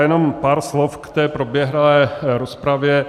Jenom pár slov k proběhlé rozpravě.